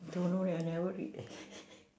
don't know leh I never read eh